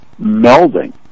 melding